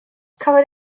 cafodd